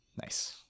Nice